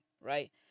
right